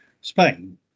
Spain